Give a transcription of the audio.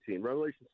Revelation